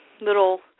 little